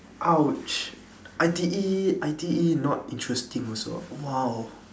!ouch! I_T_E I_T_E not interesting also ah !wow!